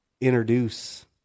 introduce